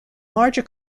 larger